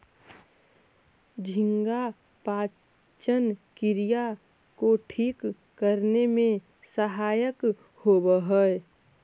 झींगा पाचन क्रिया को ठीक करने में सहायक होवअ हई